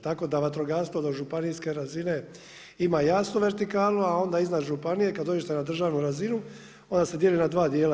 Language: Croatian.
Tako da vatrogastvo do županijske razine ima jasnu vertikalu, a onda iznad županije kada dođete na državnu razinu onda se dijeli na dva dijela.